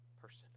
person